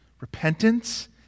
repentance